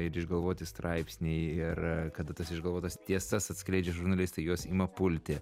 ir išgalvoti straipsniai ir kada tas išgalvotas tiesas atskleidžia žurnalistai juos ima pulti